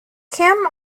kim